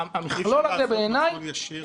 והמכלול הזה בעיניי --- אי אפשר לעשות מסלול ישיר